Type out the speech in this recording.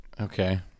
Okay